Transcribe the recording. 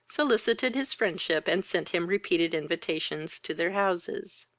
solicited his friendship, and sent him repeated invitations to their houses.